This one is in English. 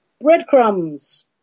breadcrumbs